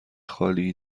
خالی